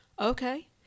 Okay